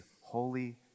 holy